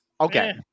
Okay